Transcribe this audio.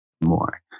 more